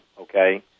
okay